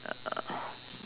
uh